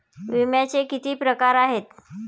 विम्याचे किती प्रकार आहेत?